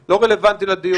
זה לא רלוונטי לדיון.